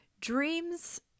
dreams